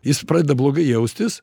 jis pradeda blogai jaustis